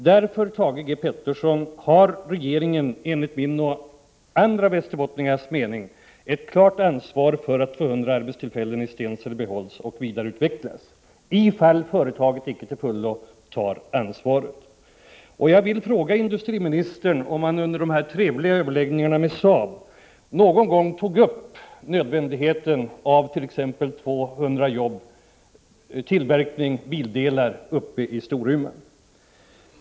Därför har regeringen, Thage G. Peterson, enligt min och andra västerbottningars mening ett obestridligt ansvar för att 200 arbetstillfällen i Stensele behålls och vidareutvecklas, ifall företaget icke till fullo tar ansvaret. Jag vill fråga industriministern om han under de trevliga överläggningarna med Saab någon gång påpekade nödvändigheten av 200 jobb, t.ex. tillverkning av bildelar, uppe i Storuman.